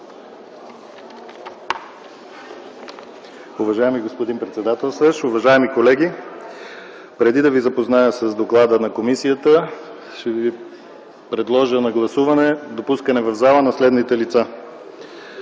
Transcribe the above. Уважаеми господин председателстващ, уважаеми колеги! Преди да ви запозная с доклада на комисията, ще ви предложа да гласуваме допускане в залата на следните лица: